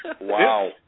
Wow